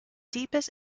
deepest